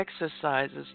exercises